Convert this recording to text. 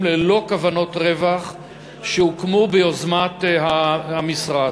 ללא כוונות רווח שהוקמו ביוזמת המשרד.